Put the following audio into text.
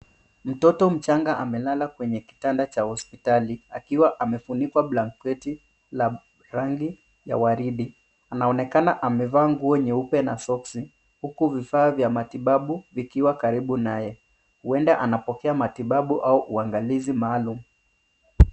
Mtoto mchanga amelala kwenye kitanda cha hospitali akiwa amefunikwa blanketi la rangi ya waridi. Anaonekana amevaa nguo nyeupe na soksi huku vifaa vya matibabu vikiwa karibu naye. Huenda anapokea matibabu au maangalizi maalum.